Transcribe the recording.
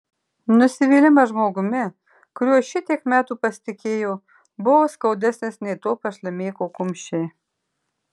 nusivylimas žmogumi kuriuo šitiek metų pasitikėjo buvo skaudesnis nei to pašlemėko kumščiai